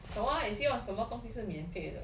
什么啊你希望什么东西是免费的